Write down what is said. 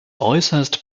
äußerst